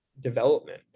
development